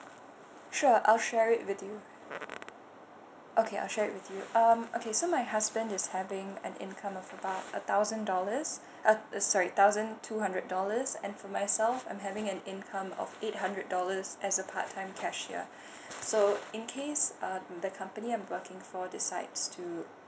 sure I'll share it with you okay I will it share with you um okay so my husband is having an income of about a thousand dollars uh uh sorry thousand two hundred dollars and for myself I'm having an income of eight hundred dollars as a part time cashier so in case um the company I'm working for decides to